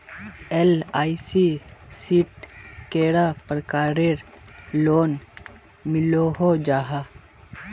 LIC शित कैडा प्रकारेर लोन मिलोहो जाहा?